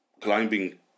climbing